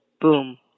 boom